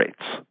rates